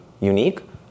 unique